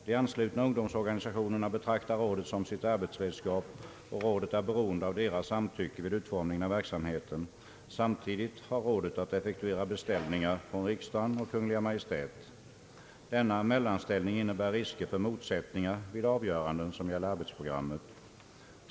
De anslutna ungdomsorganisationerna betraktar rådet som sitt arbetsredskap, och rådet är beroende av deras samtycke vid utformningen av verksamheten. Samtidigt har rådet att effektuera ”beställningar” från riksdagen och Kungl. Maj:t. Denna mellanställning innebär risker för motsättningar vid avgöranden som gäller arbetsprogrammet.